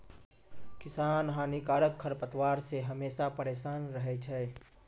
किसान हानिकारक खरपतवार से हमेशा परेसान रहै छै